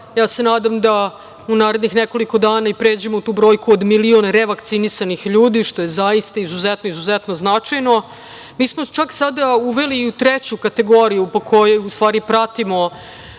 ja se nadam da u narednih nekoliko dana i pređemo u tu brojku od milion revakcinisanih ljudi, što je zaista izuzetno, izuzetno značajno. Mi smo čak sada uveli i treću kategoriju po kojoj pratimo